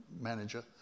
manager